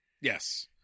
yes